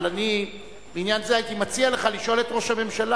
אבל בעניין זה הייתי מציע לך לשאול את ראש הממשלה